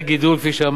כפי שאמרתי,